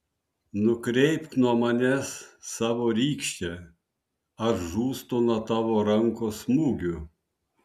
nukreipk nuo manęs savo rykštę aš žūstu nuo tavo rankos smūgių